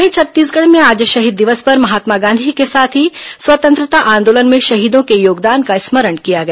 वहीं छत्तीसगढ़ में आज शहीद दिवस पर महात्मा गांधी के साथ ही स्वतंत्रता आंदोलन में शहीदों के योगदान का स्मरण किया गया